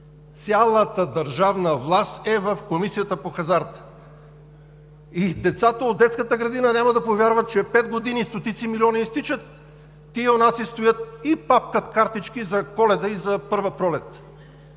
Цялата държавна власт е в Комисията по хазарта. И децата от детската градина няма да повярват, че пет години стотици милиони изтичат, тия юнаци стоят и папкат картички за Коледа и за Първа пролет!